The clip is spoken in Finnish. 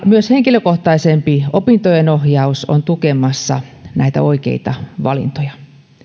myös henkilökohtaisempi opintojenohjaus on tukemassa näitä oikeita valintoja